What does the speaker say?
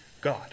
God